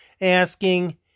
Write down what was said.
asking